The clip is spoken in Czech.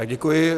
Děkuji.